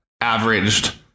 averaged